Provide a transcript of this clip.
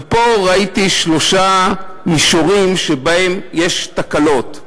ופה ראיתי שלושה מישורים שבהם יש תקלות.